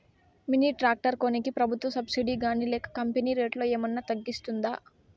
Mini tractor కొనేకి ప్రభుత్వ subsidy గాని లేక కంపెని రేటులో ఏమన్నా తగ్గిస్తుందా?